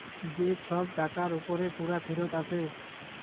যে ছব টাকার উপরে পুরা ফিরত আসে